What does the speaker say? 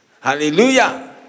Hallelujah